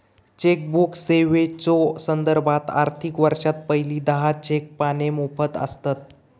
chequebook सेवेच्यो संदर्भात, आर्थिक वर्षात पहिली दहा चेक पाने मोफत आसतत